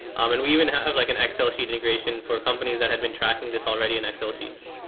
and we even have like an excel sheet integration for companies that had been tracking this already in excel sheets.